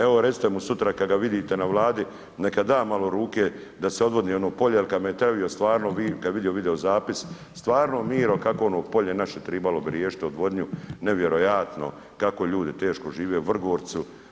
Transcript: Evo, recite mu sutra kada ga vidite na Vladi neka da malo ruke da se odvodni ono polje jer ... kada je vidio video zapis, stvarno Miro kako ono polje naše trebalo bi riješiti odvodnju, nevjerojatno kako ljudi teško žive u Vrgorcu.